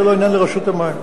זה לא עניין לרשות המים.